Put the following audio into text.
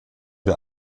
der